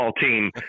team